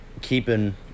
keeping